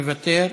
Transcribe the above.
מוותר.